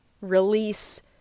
release